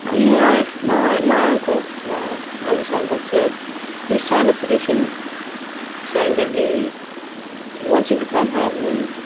ah yeah, my my uncle, my ah eldest uncle said he's signed a petition saying that he he wants him to come home, and,